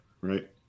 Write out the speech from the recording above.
right